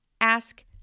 ask